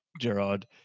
Gerard